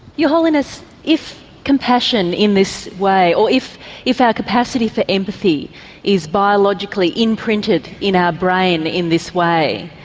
your holiness, if compassion in this way, or if if our capacity for empathy is biologically imprinted in our brain in this way,